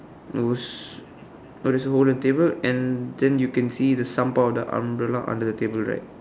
oh s~ oh there's a whole other table and then you can see the some part of the umbrella under the table right